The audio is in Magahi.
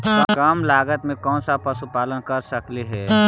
कम लागत में कौन पशुपालन कर सकली हे?